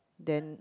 then